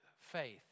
faith